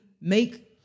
make